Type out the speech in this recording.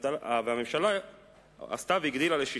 והממשלה עשתה והגדילה ל-60.